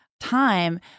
time